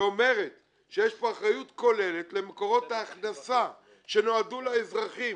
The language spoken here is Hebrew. שאומרת שיש פה אחריות כוללת למקורות ההכנסה שנועדו לאזרחים,